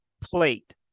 plate